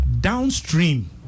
downstream